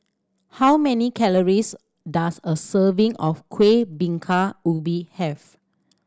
how many calories does a serving of Kuih Bingka Ubi have